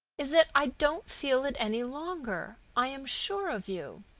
is that i don't feel it any longer. i am sure of you.